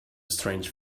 strange